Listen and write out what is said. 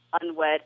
unwed